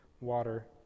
water